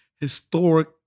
historic